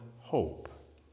hope